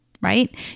right